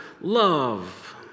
love